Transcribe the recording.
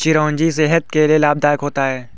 चिरौंजी सेहत के लिए लाभदायक होता है